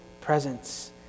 presence